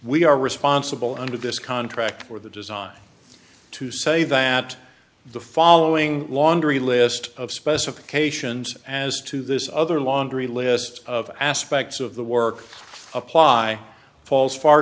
we are responsible under this contract for the design to say that the following laundry list of specifications as to this other laundry list of aspects of the work apply falls far